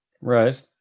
Right